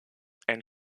and